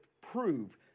prove